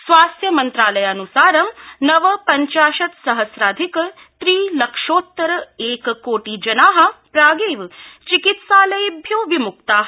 स्वास्थ्य मंत्रालयान्सारं नवपंचाशत्सहस्राधिक त्रि लक्षोत्तर एक कोटि जना प्रागेव चिकित्सालयेभ्यो विमुक्ता